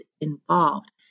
involved